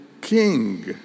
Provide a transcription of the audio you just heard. king